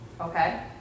Okay